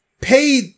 paid